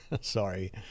Sorry